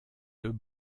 deux